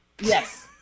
Yes